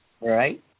Right